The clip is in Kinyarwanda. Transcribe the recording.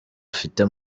ufite